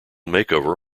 makeover